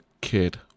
kid